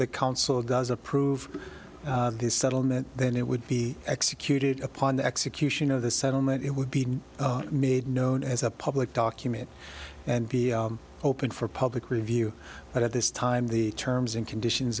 the council does approve this settlement then it would be executed upon the execution of the settlement it would be made known as a public document and be open for public review but at this time the terms and conditions